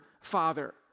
Father